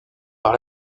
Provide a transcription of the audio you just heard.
par